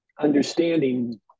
understanding